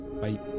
Bye